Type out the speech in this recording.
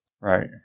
Right